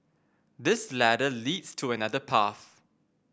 this ladder leads to another path